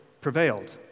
prevailed